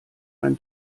ein